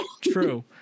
True